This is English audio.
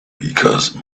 because